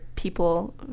people